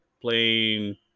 playing